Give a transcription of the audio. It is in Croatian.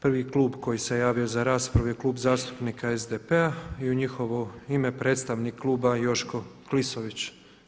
Prvi klub koji se javio za raspravu je Klub zastupnika SDP-a i u njihovo ime predstavnik kluba Joško Klisović.